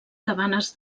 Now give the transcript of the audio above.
cabanes